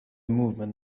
movement